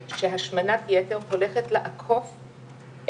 כי התכנית ממילא מופעלת לקבוצת גיל מסוימת.